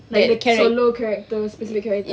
like the solo characters the specific characters